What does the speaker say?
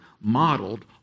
modeled